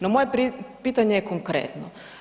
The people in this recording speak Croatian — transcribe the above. No, moje pitanje je konkretno.